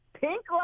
pink